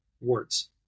words